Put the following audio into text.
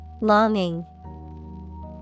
Longing